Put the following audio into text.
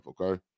okay